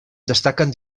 destaquen